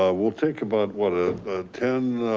ah we'll take about what a ten,